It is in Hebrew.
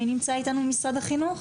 מי נמצא איתנו ממשרד החינוך?